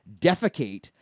defecate